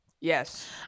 Yes